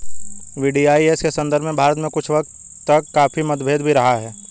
VDIS के संदर्भ में भारत में कुछ वक्त तक काफी मतभेद भी रहा है